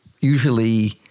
usually